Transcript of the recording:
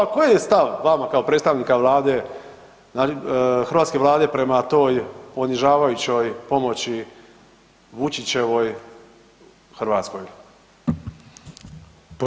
Koji je stav vama kao predstavnika Vlade, hrvatske Vlade prema toj ponižavajućoj pomoći Vučićevoj Hrvatskoj?